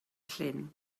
llyn